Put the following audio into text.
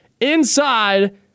inside